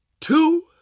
two